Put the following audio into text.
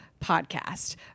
podcast